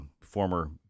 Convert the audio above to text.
former